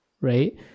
right